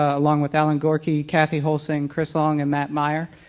ah along with allan gyorke, kathy holsing, chris long and matt meyer.